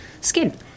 skin